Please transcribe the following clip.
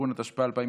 (תיקון), התשפ"א 2021,